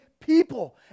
people